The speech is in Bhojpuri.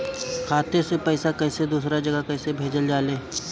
खाता से पैसा कैसे दूसरा जगह कैसे भेजल जा ले?